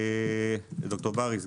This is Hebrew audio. ד"ר בריס,